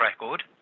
record